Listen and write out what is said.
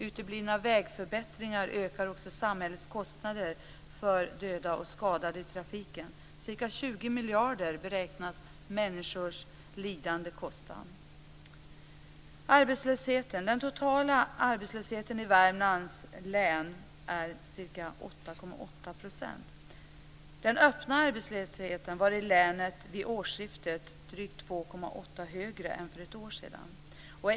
Uteblivna vägförbättringar ökar också samhällets kostnader för döda och skadade i trafiken. Ca 20 miljarder beräknas människors lidande kosta. 8,8 %. Den öppna arbetslösheten var i länet vid årsskiftet drygt 2,8 % högre än för ett år sedan.